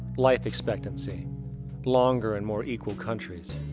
life expectancy longer in more equal countries.